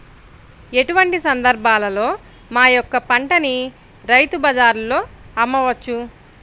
ఎటువంటి సందర్బాలలో మా యొక్క పంటని రైతు బజార్లలో అమ్మవచ్చు?